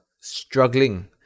struggling